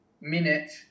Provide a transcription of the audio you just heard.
minute